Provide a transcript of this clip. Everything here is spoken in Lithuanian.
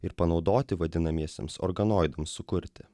ir panaudoti vadinamiesiems organoidams sukurti